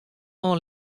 oan